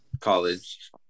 college